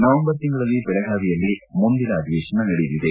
November ತಿಂಗಳಲ್ಲಿ ಬೆಳಗಾವಿಯಲ್ಲಿ ಮುಂದಿನ ಅಧಿವೇಶನ ನಡೆಯಲಿದೆ